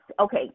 okay